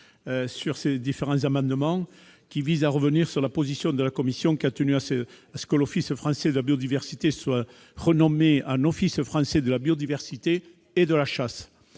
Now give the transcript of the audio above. sur ces amendements, qui visent à revenir sur la position de la commission. Nous avons tenu à ce que l'Office français de la biodiversité soit renommé « Office français de la biodiversité et de la chasse